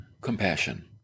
compassion